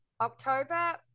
October